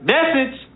Message